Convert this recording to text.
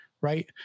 right